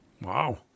Wow